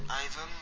Ivan